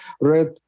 Red